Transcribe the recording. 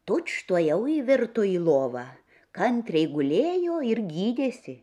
tučtuojau įvirto į lovą kantriai gulėjo ir gydėsi